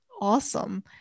Awesome